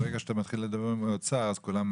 וברגע שאתה מתחיל לדבר על האוצר אז כולם עצובים.